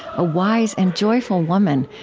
a wise and joyful woman,